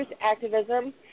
activism